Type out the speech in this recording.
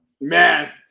Man